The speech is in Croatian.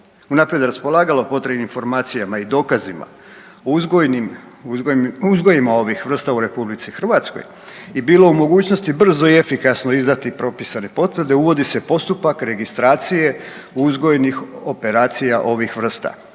unaprijed raspolagalo potrebnim informacijama i dokazima, uzgojima ovih vrsta u Republici Hrvatskoj i bilo u mogućnosti brzo i efikasno izdati propisane potvrde. Uvodi se postupak registracije uzgojnih operacija ovih vrsta